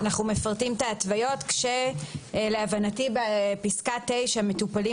אנחנו מפרטים את ההתוויות כשלהבנתי בפסקה (9) מטופלים